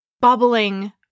bubbling